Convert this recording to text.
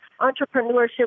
entrepreneurship